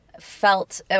felt